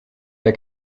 der